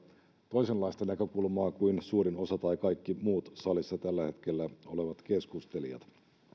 toisenlaista näkökulmaa kuin suurin osa tai kaikki muut salissa tällä hetkellä olevat keskustelijat